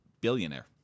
billionaire